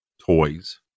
toys